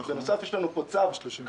בנוסף יש לנו פה צו יוקרה,